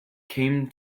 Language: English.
came